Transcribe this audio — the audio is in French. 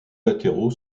latéraux